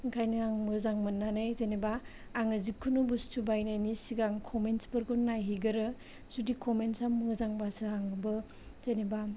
ओंखायनो आं मोजां मोन्नानै जेनेबा आङो जेखुनु बुस्थु बायनायनि सिगां कमेन्टसफोरखौ नायहैगोरो जुदि कमेन्टसा मोजांबासो आंबो जेनेबा